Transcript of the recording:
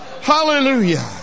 Hallelujah